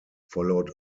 followed